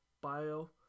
bio